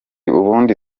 ubundi